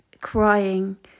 crying